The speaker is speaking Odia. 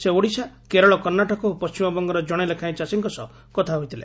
ସେ ଓଡ଼ିଶା କେରଳ କର୍ଷାଟକ ଓ ପଣିମବଙ୍ଗର ଜଣେ ଲେଖାଏଁ ଚାଷୀଙ୍କ ସହ କଥା ହୋଇଥିଲେ